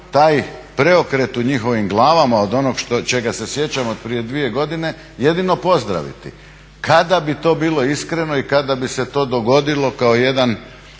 taj preokret u njihovim glavama od onog čega se sjećam od prije dvije godine, jedino pozdraviti. Kada bi to bilo iskreno i kada bi se to dogodilo kao jedan